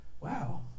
wow